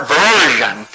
version